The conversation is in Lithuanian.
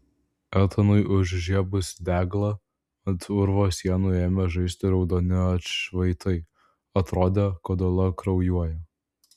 etanui užžiebus deglą ant urvo sienų ėmė žaisti raudoni atšvaitai atrodė kad uola kraujuoja